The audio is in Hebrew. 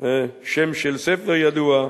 שם של ספר שירים ידוע,